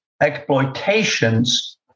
exploitations